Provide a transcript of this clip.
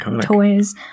toys